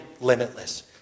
limitless